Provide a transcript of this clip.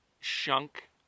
chunk